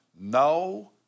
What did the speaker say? no